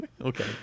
Okay